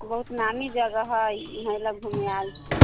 बहुत नामी जगह हइ उएह लेल घूमय आयल छी